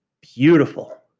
beautiful